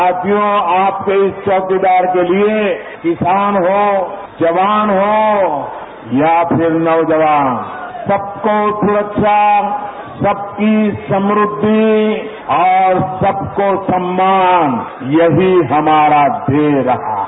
साथियों आपके इस चौकीदार के लिये किसान हो जवान हो या फिर नौजवान सबको सुरक्षा सबकी समृद्धि और सबको सम्मान यही हमारा ध्येय रहा है